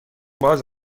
باز